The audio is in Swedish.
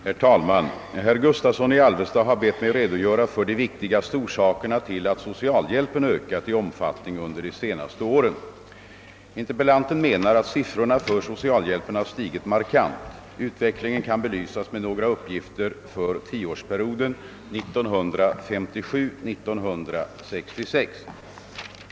Herr talman! Herr Gustavsson i Alvesta har bett mig redogöra för de viktigaste orsakerna till att socialhjälpen ökat i omfattning under de senaste åren. Interpellanten menar, att siffrorna för socialhjälpen har stigit markant. Utvecklingen kan belysas med några uppgifter för tioårsperioden 1957—1966.